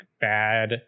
bad